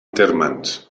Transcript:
térmens